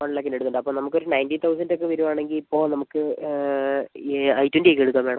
one ലാക്കിൻ്റ അടുത്തുണ്ട് അപ്പം നമുക്കൊരു നൈൻറ്റി തൗസൻഡ് ഒക്കെ വരുവാണെങ്കിൽ ഇപ്പോൾ നമുക്ക് ഈ ഐ ട്വൻറ്റി ഒക്കെ എടുക്കാം മാഡം